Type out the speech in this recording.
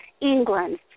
England